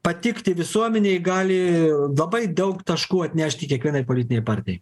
patikti visuomenei gali labai daug taškų atnešti kiekvienai politinei partijai